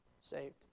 saved